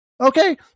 okay